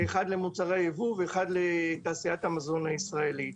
אחד למוצרי יבוא ואחד לתעשיית המזון הישראלית.